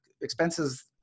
expenses